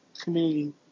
community